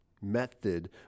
method